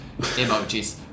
emojis